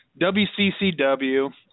WCCW